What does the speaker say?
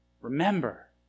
Remember